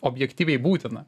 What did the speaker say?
objektyviai būtina